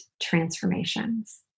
transformations